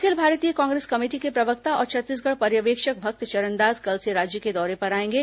अखिल भारतीय Congress committee के प्रवक्ता और छत्तीसगढ़ पर्यवेक्षक भक्तचरण दास कल से राज्य के दौरे पर आएंगे